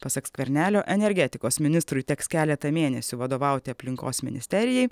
pasak skvernelio energetikos ministrui teks keletą mėnesių vadovauti aplinkos ministerijai